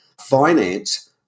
finance